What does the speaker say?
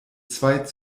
zwei